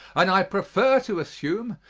and i prefer to assume,